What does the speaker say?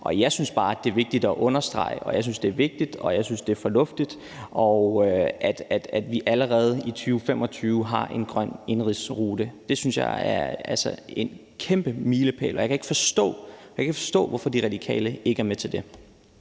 Jeg synes bare, det er vigtigt at understrege, og jeg synes, det er vigtigt, og jeg synes, det er fornuftigt, at vi allerede i 2025 har en grøn indenrigsrute. Det synes jeg er en kæmpe milepæl, og jeg kan ikke forstå, hvorfor De Radikale ikke er med til det.